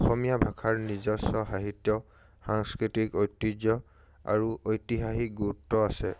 অসমীয়া ভাষাৰ নিজস্ব সাহিত্য সাংস্কৃতিক ঐতিহ্য আৰু ঐতিহাসিক গুৰুত্ব আছে